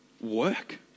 work